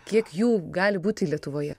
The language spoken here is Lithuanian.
kiek jų gali būti lietuvoje